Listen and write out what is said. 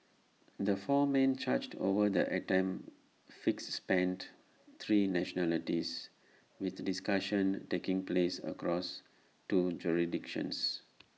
the four men charged over the attempted fix spanned three nationalities with discussions taking place across two jurisdictions